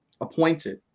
appointed